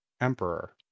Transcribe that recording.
emperor